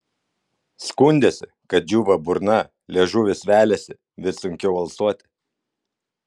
skundėsi kad džiūva burna liežuvis veliasi vis sunkiau alsuoti